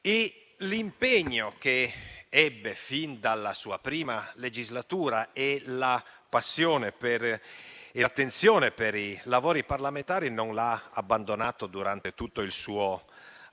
L'impegno che ebbe fin dalla sua prima legislatura, la passione e l'attenzione per i lavori parlamentari non lo hanno mai abbandonato durante tutto il suo altissimo